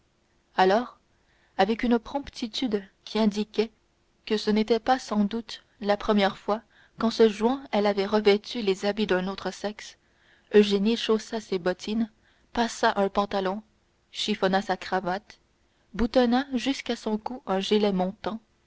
alors avec une promptitude qui indiquait que ce n'était pas sans doute la première fois qu'en se jouant elle avait revêtu les habits d'un autre sexe eugénie chaussa ses bottines passa un pantalon chiffonna sa cravate boutonna jusqu'à son cou un gilet montant